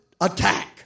attack